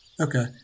Okay